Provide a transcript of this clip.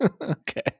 Okay